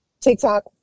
TikTok